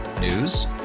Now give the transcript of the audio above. News